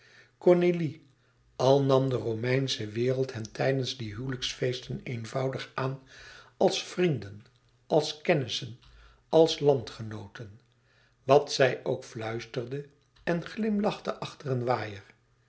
cornélie al nam de romeinsche wereld hen tijdens die huwelijksfeesten eenvoudig aan als vrienden als kennissen als landgenooten wat zij ook fluisterde en glimlachte achter een waaier